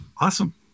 Awesome